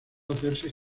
hacerse